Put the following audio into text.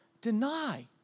Deny